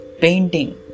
painting